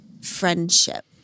friendship